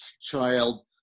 child